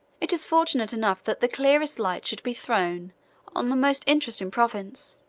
it is fortunate enough that the clearest light should be thrown on the most interesting province,